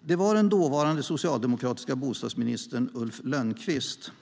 Det var den dåvarande socialdemokratiska bostadsministern Ulf Lönnqvist